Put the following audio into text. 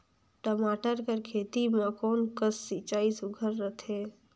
टमाटर कर खेती म कोन कस सिंचाई सुघ्घर रथे?